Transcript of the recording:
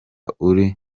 uri